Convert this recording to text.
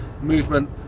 movement